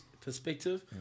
perspective